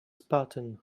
spartan